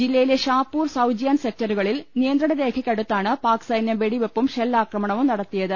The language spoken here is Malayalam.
ജില്ലയിലെ ഷാപ്പൂർ സൌജിയാൻ സെക്ടറുകളിൽ നിയ ന്ത്രണരേഖയ്ക്കടുത്താണ് പാക്സൈന്യം വെടിവെപ്പും ഷെല്ലാക്രമണവും നടത്തിയത്